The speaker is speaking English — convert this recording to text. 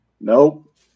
Nope